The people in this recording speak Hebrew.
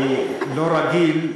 אני לא רגיל,